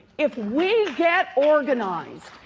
if we get organized,